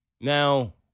Now